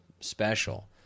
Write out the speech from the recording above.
special